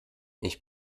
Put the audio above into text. ich